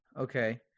Okay